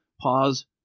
pause